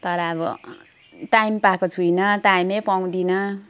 तर अब टाइम पाएको छुइनँ टाइमै पाउँदिनँ